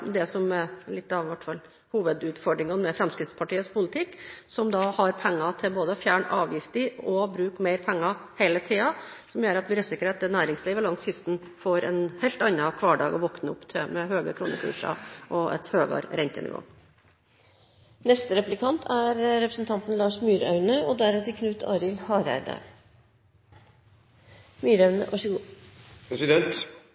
hvert fall er litt av hovedutfordringene med Fremskrittspartiets politikk, der det hele tiden er penger til både å fjerne avgifter og å bruke mer penger, noe som gjør at vi risikerer at næringslivet langs kysten får en helt annen hverdag å våkne opp til, med høye kronekurser og et høyere rentenivå. Statsråden nevnte i sitt innlegg at vi er en hav- og